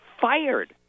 fired